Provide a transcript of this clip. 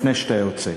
לפני שאתה יוצא,